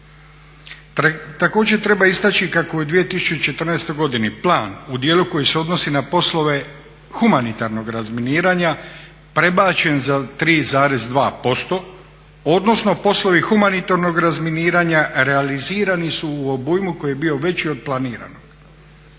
Također treba istaći kako je u 2014.godini plan u dijelu koji se odnosi na poslove humanitarnog razminiranja prebačen za 3,2% odnosno poslovi humanitarnog razminiranja realizirani su u obujmu koji je bio veći od planiranog.